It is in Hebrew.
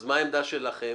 אז מה העמדה שלכם